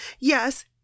Yes